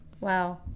Wow